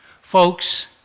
Folks